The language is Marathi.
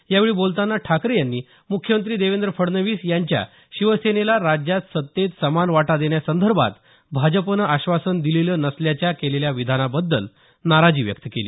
यावेळी बोलताना ठाकरे यांनी मुख्यमंत्री देवेंद्र फडणवीस यांच्या शिवसेनेला राज्यात सत्तेत समान वाटा देण्यासंदर्भात भाजपनं आश्वासन दिलेलं नसल्याच्या केलेल्या विधानाबद्दल नाराजी व्यक्त केली